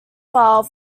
file